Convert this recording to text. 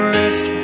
rest